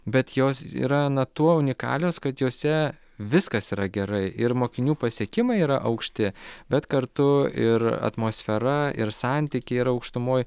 bet jos yra na tuo unikalios kad jose viskas yra gerai ir mokinių pasiekimai yra aukšti bet kartu ir atmosfera ir santykiai yra aukštumoj